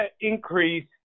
increase